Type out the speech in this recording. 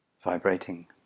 vibrating